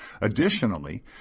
Additionally